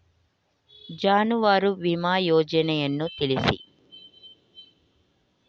ಜಾನುವಾರು ವಿಮಾ ಯೋಜನೆಯನ್ನು ತಿಳಿಸಿ?